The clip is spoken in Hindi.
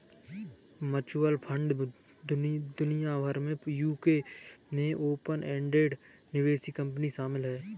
म्यूचुअल फंड दुनिया भर में यूके में ओपन एंडेड निवेश कंपनी शामिल हैं